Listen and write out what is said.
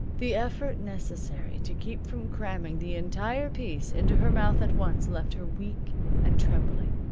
the effort necessary to keep from cramming the entire piece into her mouth at once left her weak and trembling.